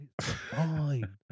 fine